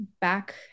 back